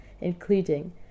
including